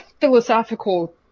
philosophical